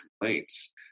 complaints